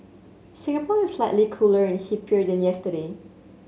Singapore is slightly cooler and hipper than yesterday